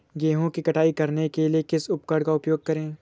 गेहूँ की कटाई करने के लिए किस उपकरण का उपयोग करें?